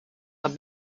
had